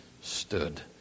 stood